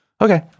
Okay